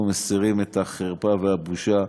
אנחנו מסירים את החרפה והבושה.